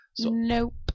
Nope